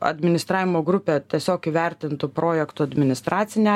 administravimo grupė tiesiog įvertintų projektų administracinę